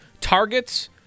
targets